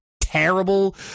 terrible